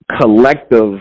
collective